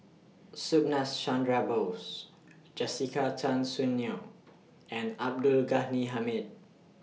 Subhas Chandra Bose Jessica Tan Soon Neo and Abdul Ghani Hamid